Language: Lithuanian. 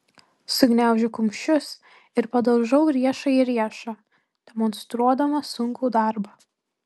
sugniaužiu kumščius ir padaužau riešą į riešą demonstruodama sunkų darbą